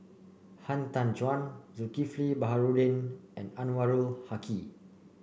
Han Tan Juan Zulkifli Baharudin and Anwarul Haque